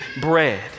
bread